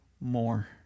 more